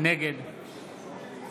נגד